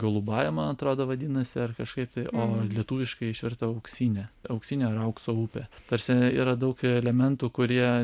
galubaja man atrodo vadinasi ar kažkaip tai o lietuviškai išvertė auksinė auksinė ar aukso upė ta prasme yra daug elementų kurie